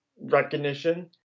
recognition